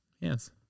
Yes